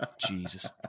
Jesus